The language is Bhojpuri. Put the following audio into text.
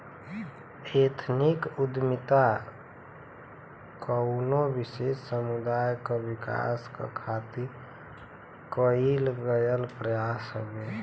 एथनिक उद्दमिता कउनो विशेष समुदाय क विकास क खातिर कइल गइल प्रयास हउवे